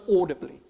audibly